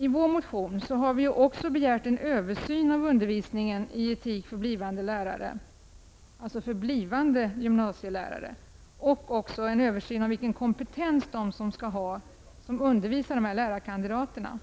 I vår motion har vi också begärt en översyn av undervisningen i etik för blivande gymnasielärare och av vilken kompetens de som skall undervisa dessa lärarkandidater skall